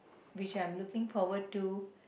which I'm looking forward to